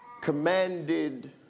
commanded